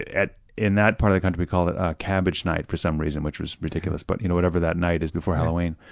in that part of the country we called it ah cabbage night for some reason, which was ridiculous, but you know whatever that night is before halloween.